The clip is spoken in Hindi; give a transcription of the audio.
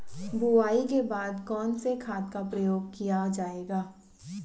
बुआई के बाद कौन से खाद का प्रयोग किया जायेगा?